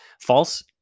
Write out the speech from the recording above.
false